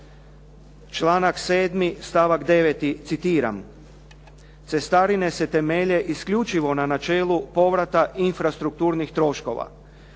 članak 7. stavak 9., citiram "Cestarine se temelje isključivo na načelu povrata infrastrukturnih troškova.